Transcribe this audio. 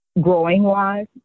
growing-wise